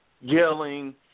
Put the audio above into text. yelling